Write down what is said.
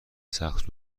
سخت